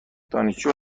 دانشجو